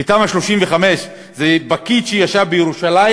תמ"א 35 זה איזה פקיד שישב בירושלים,